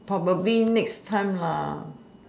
probably next time